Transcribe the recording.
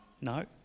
No